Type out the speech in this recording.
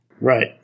Right